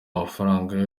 amafaranga